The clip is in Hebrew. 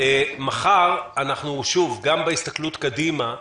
מחר אנחנו שוב בהסתכלות קדימה.